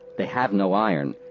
they have no iron.